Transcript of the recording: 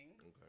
Okay